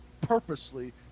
purposely